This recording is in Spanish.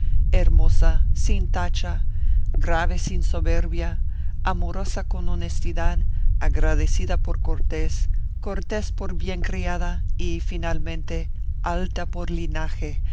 hermosa sin tacha grave sin soberbia amorosa con honestidad agradecida por cortés cortés por bien criada y finalmente alta por linaje